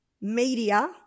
media